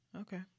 Okay